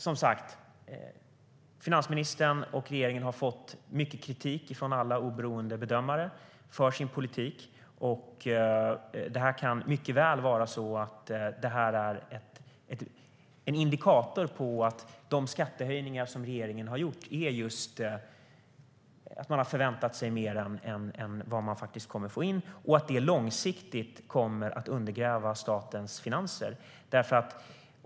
Som sagt: Finansministern och regeringen har fått mycket kritik från alla oberoende bedömare för sin politik, och det kan mycket väl vara så att det här är en indikator på att regeringen har förväntat sig mer av de skattehöjningar som man har gjort än vad man faktiskt kommer att få in och att det långsiktigt kommer att undergräva statens finanser.